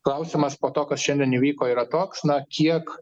klausimas po to kas šiandien įvyko yra toks na kiek